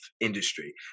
industry